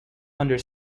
under